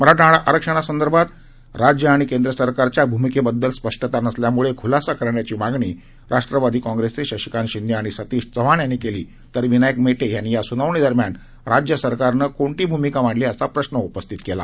मराठा आरक्षणासंदर्भात राज्य आणि केंद्र सरकारच्या भूमिकेबद्दल स्पष्टता नसल्यामुळे खुलासा करण्याची मागणी राष्ट्रवादी काँप्रेसचे शशिकांत शिंदे आणि सतीश चव्हाण यांनी केली तर विनायक मेटे यांनी या सुनावणी दरम्यान राज्य सरकारने कोणती भूमिका मांडली असा असा प्रश्न उपस्थित केला